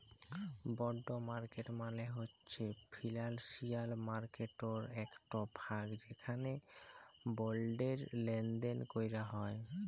বল্ড market মালে হছে financial মার্কেটটর একট ভাগ যেখালে বল্ডের লেলদেল ক্যরা হ্যয়